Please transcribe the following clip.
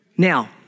Now